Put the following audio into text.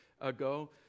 Ago